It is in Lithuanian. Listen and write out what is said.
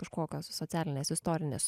kažkokios socialinės istorinės